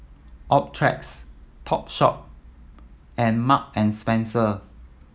Optrex Topshop and Mark and Spencer